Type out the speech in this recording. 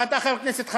אבל אתה חבר כנסת חדש,